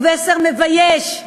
הוא מסר מבייש,